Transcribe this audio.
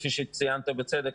כפי שציינת בצדק,